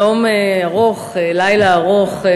יום ארוך, לילה ארוך.